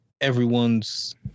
everyone's